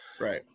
Right